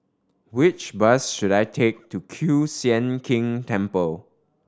which bus should I take to Kiew Sian King Temple